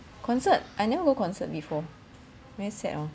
concert I never go concert before very sad hor